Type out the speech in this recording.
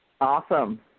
Awesome